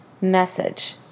message